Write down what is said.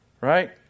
right